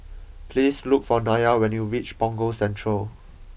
please look for Nya when you reach Punggol Central